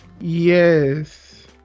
Yes